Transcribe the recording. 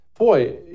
Boy